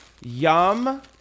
Yum